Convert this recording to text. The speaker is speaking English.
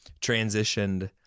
transitioned